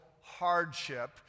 hardship